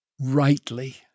rightly